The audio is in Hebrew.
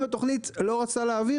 אם התוכנית לא רוצה להעביר,